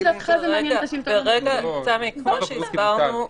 תמי, כמו שהסברנו.